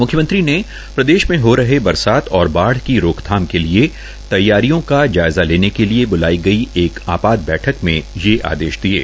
म्ख्यमंत्री ने प्रदेश मे हो रहे बरसात और बाढ़ की रोकथाम के लिए तैयारियों का जायजा लेने के लिए ब्लाई गई एक आपात बैठक मे ये आदेश दिये